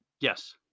Yes